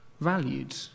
valued